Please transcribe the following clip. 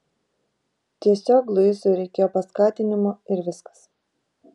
tiesiog luisui reikėjo paskatinimo ir viskas